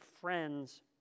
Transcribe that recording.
friend's